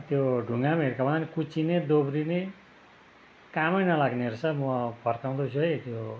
त्यो ढुङ्गामा हिर्काउँदा नि कुच्चिने दोब्रिने कामै नलाग्ने रहेछ म अब फर्काउँदैछु है यो